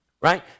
Right